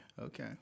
okay